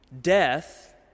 Death